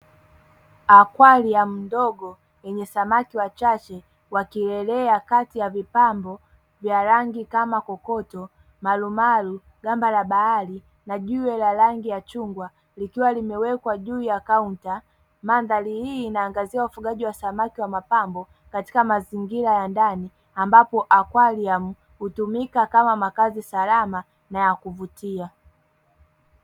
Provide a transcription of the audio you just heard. Aqaliamu ndogo, yenye samaki wachache wakielea kati ya vipambo vya rangi kama kokoto, marumaru, gamba la bahari na jiwe la rangi ya chungwa, likiwa limewekwa juu ya kaunta . Mandhari hii inaangazia ufugaji wa samaki wa mapambo katika mazingira ya ndani, ambapo aqaliamu hutumika kama makazi salama na ya kuvutia.